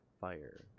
fire